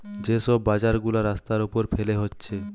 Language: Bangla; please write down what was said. যে সব বাজার গুলা রাস্তার উপর ফেলে হচ্ছে